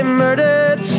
murdered